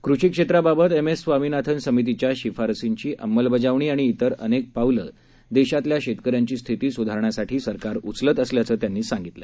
कृषी क्षेत्राबाबत M S Swaminathan समितींच्या शिफारशींची अंमलबजावणी आणि तिर अनेक पावलं देशातल्या शेतकऱ्यांची स्थिती सुधारण्यासाठी सरकार उचलत आहे असं राष्ट्रपतींनी सांगितलं